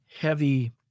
heavy